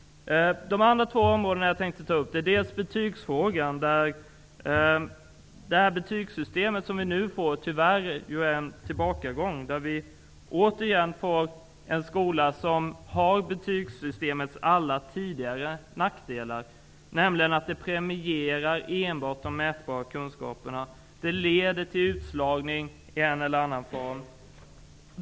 Nästa område jag tänkte ta upp gäller betygsfrågan. Det betygssystem vi nu får är tyvärr en tillbakagång. Vi får återigen en skola som har det tidigare betygssystemets alla nackdelar. Det premierar enbart de mätbara kunskaperna. Det leder till utslagning i en eller annan form.